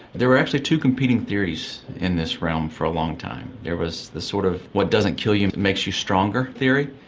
there were actually two competing theories in this realm for a long time. there was the sort of what doesn't kill you makes you stronger theory,